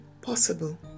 possible